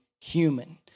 human